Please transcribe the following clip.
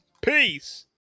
Peace